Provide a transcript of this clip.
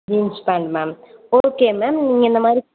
jeans pant ma'am okay ma'am நீங்கள் இந்தமாதிரி